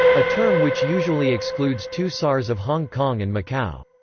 a term which usually excludes two sars of hong kong and macau.